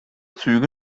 züge